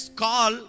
call